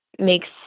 makes